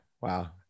wow